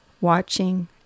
Watching